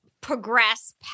progress